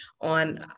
on